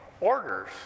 orders